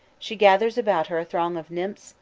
she gathers about her a throng of nymphs,